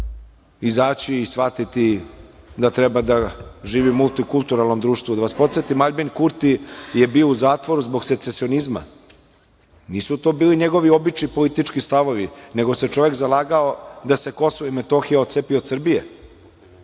izaći i shvatiti da treba da živi u multikulturalnom društvu. Da vas podsetim, Aljbin Kurti je bio u zatvoru zbog secesionizma. Nisu to bili njegovi obični politički stavovi, nego se čovek zalagao da se Kosovo i Metohija otcepi od Srbije.